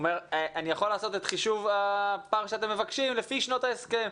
הוא אומר: אני יכול לעשות את חישוב הפער שאתם מבקשים לפי שנות ההסכם.